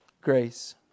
grace